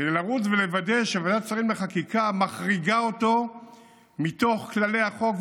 כדי לרוץ ולוודא שוועדת שרים לחקיקה מחריגה אותו מתוך כללי החוק,